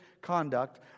conduct